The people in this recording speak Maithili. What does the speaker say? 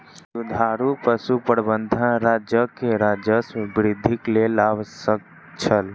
दुधारू पशु प्रबंधन राज्यक राजस्व वृद्धिक लेल आवश्यक छल